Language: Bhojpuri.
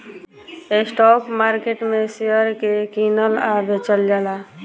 स्टॉक मार्केट में शेयर के कीनल आ बेचल जाला